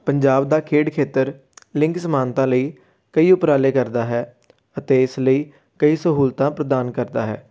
ਪੰਜਾਬ ਦਾ ਖੇਡ ਖੇਤਰ ਲਿੰਗ ਸਮਾਨਤਾ ਲਈ ਕਈ ਉਪਰਾਲੇ ਕਰਦਾ ਹੈ ਅਤੇ ਇਸ ਲਈ ਕਈ ਸਹੂਲਤਾਂ ਪ੍ਰਦਾਨ ਕਰਦਾ ਹੈ